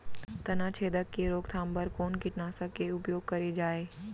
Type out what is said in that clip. तनाछेदक के रोकथाम बर कोन कीटनाशक के उपयोग करे जाये?